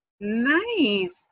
nice